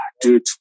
Dude